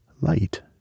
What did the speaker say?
light